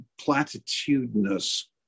platitudinous